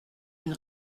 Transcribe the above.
une